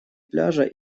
пляжа